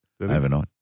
overnight